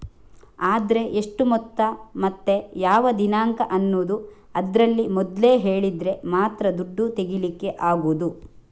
ಆದ್ರೆ ಎಷ್ಟು ಮೊತ್ತ ಮತ್ತೆ ಯಾವ ದಿನಾಂಕ ಅನ್ನುದು ಅದ್ರಲ್ಲಿ ಮೊದ್ಲೇ ಹೇಳಿದ್ರೆ ಮಾತ್ರ ದುಡ್ಡು ತೆಗೀಲಿಕ್ಕೆ ಆಗುದು